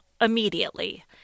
immediately